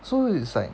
so it's like